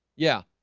yeah